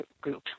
group